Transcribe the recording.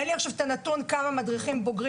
אין לי עכשיו הנתון כמה מדריכים בוגרים